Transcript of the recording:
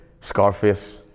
Scarface